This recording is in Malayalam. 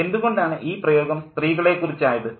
എന്തുകൊണ്ടാണ് ഈ പ്രയോഗം സ്ത്രീകളെ കുറിച്ചായത്